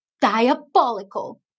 Diabolical